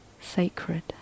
sacred